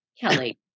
Kelly